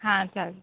हां चालेल